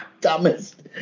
dumbest